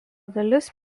dalis